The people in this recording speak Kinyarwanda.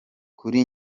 kuri